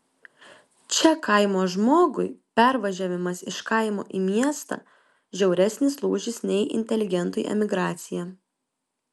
čia kaimo žmogui pervažiavimas iš kaimo į miestą žiauresnis lūžis nei inteligentui emigracija